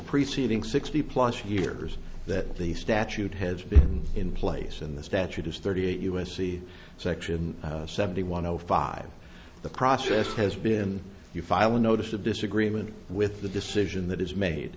preceding sixty plus years that the statute has been in place in this statute is thirty eight u s c section seventy one zero five the process has been you file a notice of disagreement with the decision that is made